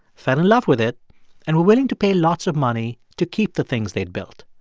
fell in love with it and were willing to pay lots of money to keep the things they'd built.